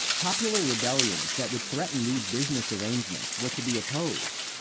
popular rebellions that would threaten these business arrangements were to be opposed.